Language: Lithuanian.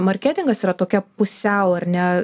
marketingas yra tokia pusiau ar ne